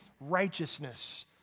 righteousness